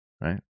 Right